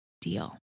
deal